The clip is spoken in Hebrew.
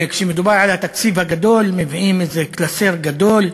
כשמדובר על התקציב הגדול מביאים איזה קלסר גדול,